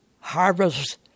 harvest